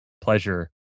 pleasure